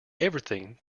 everything